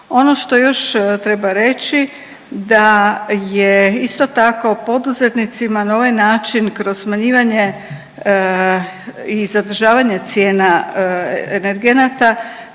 Ono što još treba reći da je isto tako poduzetnicima na ovaj način kroz smanjivanje i zadržavanje cijena